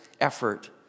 effort